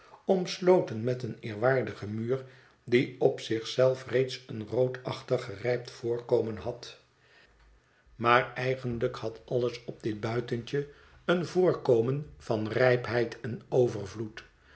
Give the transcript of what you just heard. omsloten met een eerwaardigen muur die op zich zelf reeds een roodachtig gerijpt voorkomen had maar eigenlijk had alles op dit buitentje een voorkomen van rijpheid en overvloed